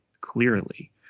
clearly